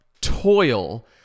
toil